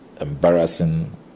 embarrassing